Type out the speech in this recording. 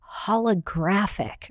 holographic